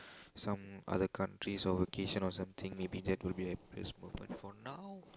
some other countries for vacation or something maybe that will be the happiest moment for now